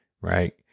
Right